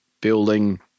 building